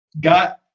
got